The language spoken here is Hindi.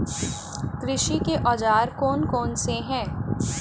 कृषि के औजार कौन कौन से हैं?